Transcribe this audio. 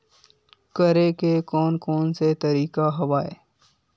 करे के कोन कोन से तरीका हवय?